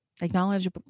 Acknowledge